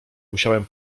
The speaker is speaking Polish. musiałem